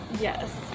Yes